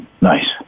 Nice